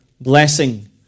blessing